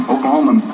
Oklahoma